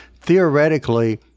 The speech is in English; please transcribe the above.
theoretically